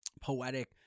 poetic